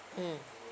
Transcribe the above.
mm